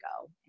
go